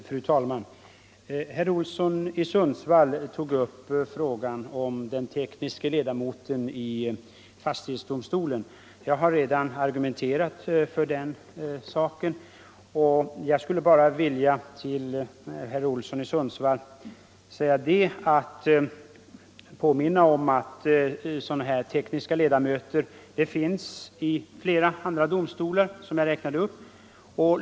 Fru talman! Herr Olsson i Sundsvall tog upp frågan om den tekniske ledamoten i fastighetsdomstolen. Jag har redan argumenterat för den saken. Jag vill bara påminna herr Olsson i Sundsvall om att sådana tekniska ledamöter finns i flera andra domstolar — som jag också räknade upp.